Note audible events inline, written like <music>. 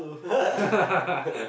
<laughs>